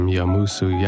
Yamusu